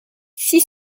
six